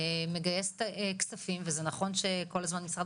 מגייס את הכספים וזה נכון שכל הזמן משרד